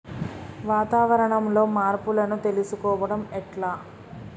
వాతావరణంలో మార్పులను తెలుసుకోవడం ఎట్ల?